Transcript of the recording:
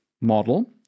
model